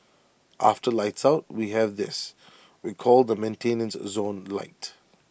after lights out we have this we call the maintenance zone light